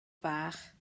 fach